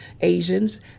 Asians